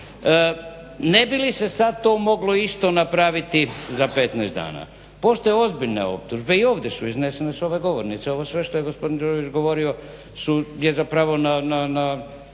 Ne bi li se sada to isto moglo napraviti za 15 dana? Postoje ozbiljne optužbe i ovdje su iznesene s ove govornice. Ovo sve što je gospodin Đurović govorio je zapravo na